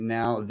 now